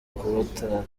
kubataramira